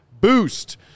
boost